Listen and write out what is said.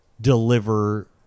deliver